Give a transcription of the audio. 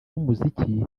b’umuziki